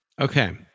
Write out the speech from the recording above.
Okay